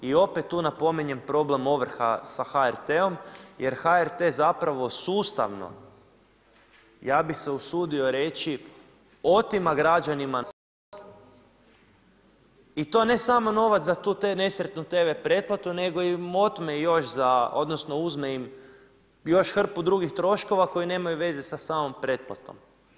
I opet tu napominjem problem ovrha sa HRT-om, jer HRT zapravo sustavno, ja bih se usudio reći otima građanima novac i to ne samo novac za tu nesretnu tv pretplatu, nego im otme još za, odnosno uzme im još hrpu drugih troškova koji nemaju veze sa samom pretplatom.